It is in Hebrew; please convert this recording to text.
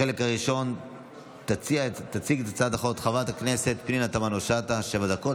בחלק הראשון תציג את הצעת החוק חברת הכנסת פנינה תמנו שטה שבע דקות,